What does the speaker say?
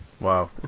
Wow